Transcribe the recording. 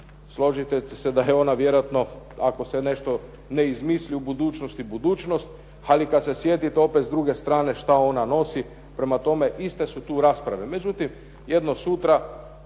Složit ćete se da je ona vjerojatno ako se nešto ne izmisli u budućnosti budućnost. Ali kad se sjetite opet s druge strane šta ona nosi, prema tome iste su tu rasprave.